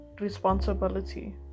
responsibility